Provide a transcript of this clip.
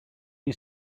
you